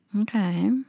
Okay